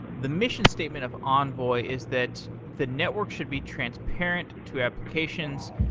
the mission statement of envoy is that the network should be transparent to applications.